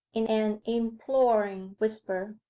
in an imploring whisper.